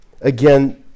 Again